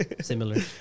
similar